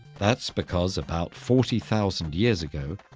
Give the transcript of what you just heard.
that's because about forty thousand years ago,